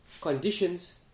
conditions